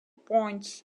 points